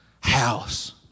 house